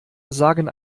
sagen